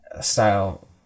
style